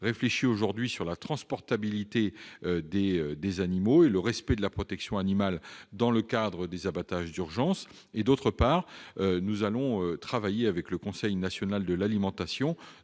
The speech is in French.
réfléchit sur la transportabilité des animaux et le respect de la protection animale dans le cadre des abattages d'urgence. D'autre part, nous allons travailler avec le Conseil national de l'alimentation